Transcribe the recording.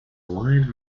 wide